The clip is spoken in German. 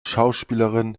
schauspielerin